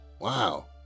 wow